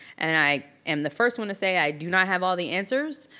and i am the first one to say i do not have all the answers,